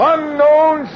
Unknown